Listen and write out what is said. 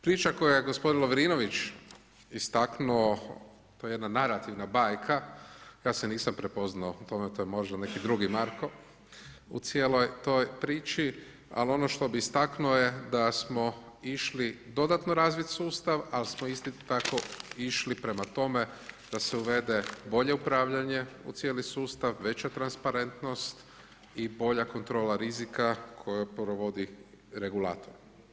Priča koju je gospodin Lovrinović, istaknuo to je jedna narativna bajka, ja se nisam prepoznao u tome, to je možda neki drugi Marko u cijeloj toj priči, ali ono što bi istaknuo je da smo išli dodatno razvit sustav, ali samo isti tako išli prema tome da se uvede bolje upravljanje u cijeli sustav, veća transparentnost i bolja kontrola rizika koju provodi regulator.